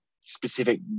specific